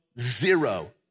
zero